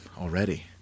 already